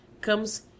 comes